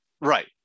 Right